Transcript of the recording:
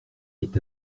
est